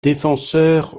défenseur